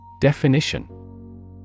Definition